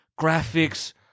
graphics